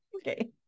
Okay